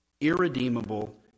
irredeemable